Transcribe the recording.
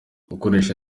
gukoresha